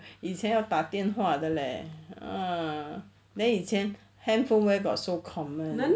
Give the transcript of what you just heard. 以前要打电话的 leh ah then 以前 handphone where got so common